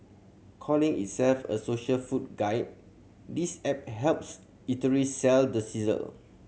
calling itself a social food guide this app helps eateries sell the sizzle